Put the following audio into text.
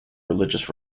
religious